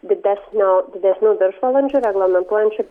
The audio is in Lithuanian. didesnio didesnių viršvalandžių reglamentuojančių